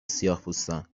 سیاهپوستان